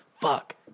Fuck